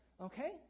okay